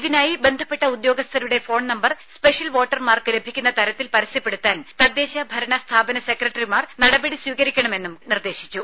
ഇതിനായി ബന്ധപ്പെട്ട ഉദ്യോഗസ്ഥരുടെ ഫോൺ നമ്പർ സ്പെഷ്യൽ വോട്ടർമാർക്ക് ലഭിക്കുന്ന തരത്തിൽ പരസ്യപ്പെടുത്താൻ തദ്ദേശ ഭരണസ്ഥാപന സെക്രട്ടറിമാർ നടപടി സ്വീകരിക്കണമെന്നും കമ്മീഷണർ നിർദ്ദേശിച്ചു